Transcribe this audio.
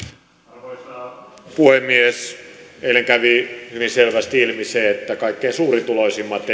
arvoisa puhemies eilen kävi hyvin selvästi ilmi se että kaikkein suurituloisimmat